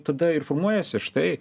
tada ir formuojasi štai